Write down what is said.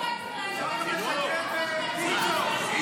אפשר גם לשקר בלי לצעוק.